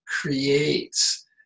creates